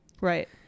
Right